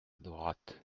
droite